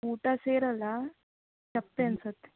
ಊಟ ಸೇರಲ್ಲ ಸಪ್ಪೆ ಅನಿಸತ್ತೆ